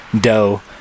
doe